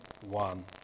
one